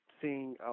seeing